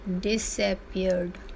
disappeared